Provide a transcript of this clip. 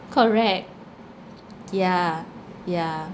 correct yeah yeah